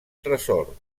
tresor